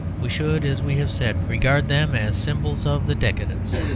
we should, as we have said, regard them as symbols of the decadence.